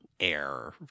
air